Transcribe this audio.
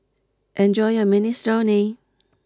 enjoy your Minestrone